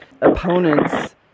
opponents